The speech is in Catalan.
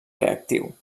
reactiu